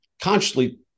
consciously